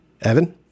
Evan